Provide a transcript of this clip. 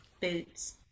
Boots